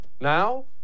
Now